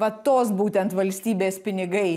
va tos būtent valstybės pinigai